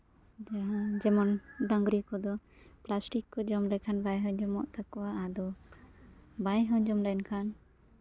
ᱡᱟᱦᱟᱸ ᱡᱮᱢᱚᱱ ᱰᱟᱹᱝᱨᱤ ᱠᱚᱫᱚ ᱯᱞᱟᱥᱴᱤᱠ ᱠᱚ ᱡᱚᱢ ᱞᱮᱠᱷᱟᱱ ᱵᱟᱭ ᱦᱚᱡᱚᱜ ᱛᱟᱠᱚᱣᱟ ᱟᱫᱚ ᱵᱟᱭ ᱦᱚᱡᱚᱢ ᱞᱮᱱᱠᱷᱟᱱ